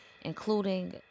including